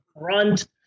front